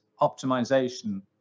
optimization